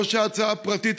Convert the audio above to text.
לא הצעה פרטית,